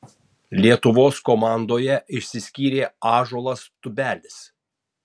lietuvos komandoje išsiskyrė ąžuolas tubelis